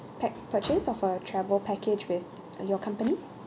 pac~ purchase of a travel package with your company